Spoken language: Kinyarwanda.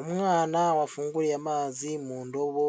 Umwana wafunguriye amazi mu ndobo,